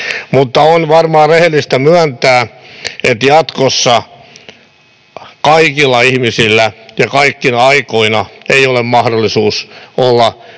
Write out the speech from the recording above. Mutta on varmaan rehellistä myöntää, että jatkossa kaikilla ihmisillä ja kaikkina aikoina ei ole mahdollisuutta olla töissä